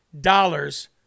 dollars